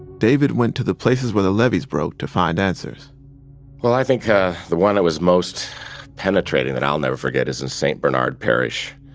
david went to the places where the levees broke to find answers well, i think ah the one that was most penetrating that i'll never forget is in st. bernard parish.